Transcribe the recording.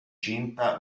cinta